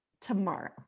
tomorrow